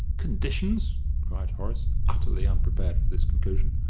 conditions! cried horace, utterly unprepared for this conclusion.